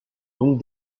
donc